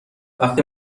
وقتی